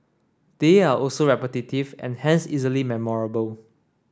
they are also repetitive and hence easily memorable